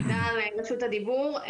תודה על רשות הדיבור,